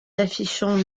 affichant